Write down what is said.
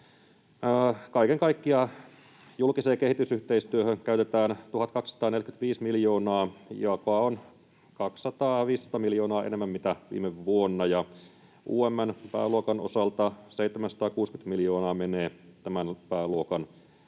kaiken kaikkiaan julkiseen kehitysyhteistyöhön käytetään 1 245 miljoonaa, joka on 215 miljoonaa enemmän kuin viime vuonna, ja UM:n pääluokan osalta 760 miljoonaa menee tämän pääluokan